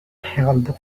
held